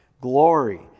glory